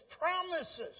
promises